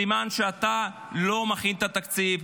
סימן שאתה לא מכין את התקציב,